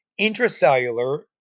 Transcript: intracellular